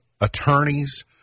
attorneys